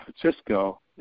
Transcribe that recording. Francisco